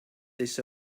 this